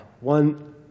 one